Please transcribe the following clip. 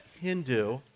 Hindu